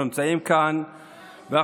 אנחנו נמצאים כאן -- אנחנו